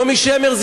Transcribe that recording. נעמי שמר,